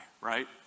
right